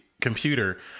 computer